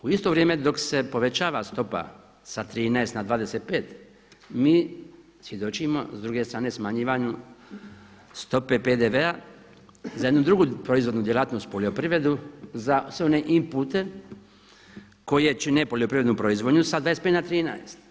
U isto vrijeme dok se povećava stopa sa 13, na 25 mi svjedočimo s druge strane smanjivanju stope PDV-a za jednu drugu proizvodnu djelatnost, poljoprivredu za sve one inpute koje čine poljoprivrednu proizvodnju sa 25 na 13.